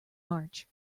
march